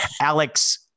Alex